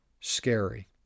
scary